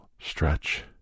Stretch